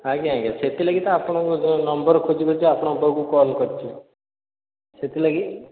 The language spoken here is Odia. ଆଜ୍ଞା ଆଜ୍ଞା ସେଥିଲାଗି ତ ଆପଣଙ୍କୁ ନମ୍ବର୍ ଖୋଜି ଖୋଜି ଆପଣଙ୍କ ପାଖକୁ କଲ୍ କରିଛି ସେଥିଲାଗି